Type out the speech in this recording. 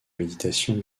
méditation